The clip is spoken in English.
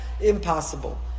Impossible